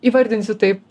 įvardinsiu taip